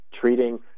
treating